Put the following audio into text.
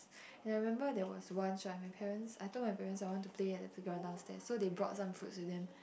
and I remember there was once right my parents I told my parents I want to play at the playground downstairs so they brought some fruits with them